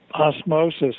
osmosis